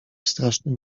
strasznym